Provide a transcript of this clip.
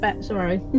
sorry